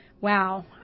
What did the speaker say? Wow